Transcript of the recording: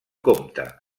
compte